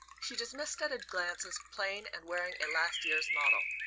she dismissed at a glance as plain and wearing a last year's model.